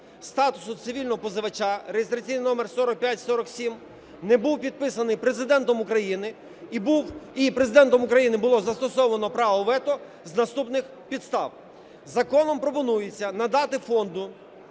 статусу цивільного позивача" (реєстраційний номер 4547) не був підписаний Президентом України. І Президентом України було застосовано право вето з наступних підстав. Законом пропонується надати Фонду